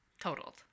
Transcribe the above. Totaled